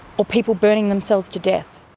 or people burning themselves to death.